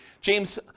James